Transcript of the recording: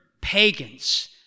pagans